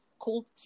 called